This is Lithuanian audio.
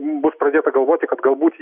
bus pradėta galvoti kad galbūt